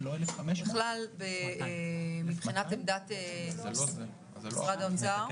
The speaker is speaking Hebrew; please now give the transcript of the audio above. בכלל מבחינת עמדת משרד האוצר.